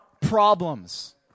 problems